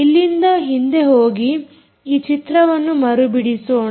ಇಲ್ಲಿಂದ ಹಿಂದೆ ಹೋಗಿ ಈ ಚಿತ್ರವನ್ನು ಮರು ಬಿಡಿಸೋಣ